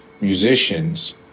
musicians